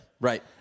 Right